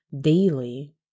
daily